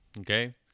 Okay